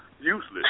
Useless